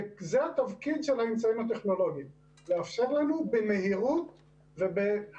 וזה התפקיד של האמצעים הטכנולוגיים: לאפשר לנו במהירות ובהצלחה,